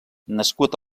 nascut